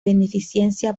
beneficencia